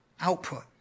output